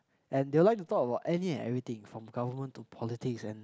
and they will like to talk about any and everything from Government to politics and